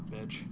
bitch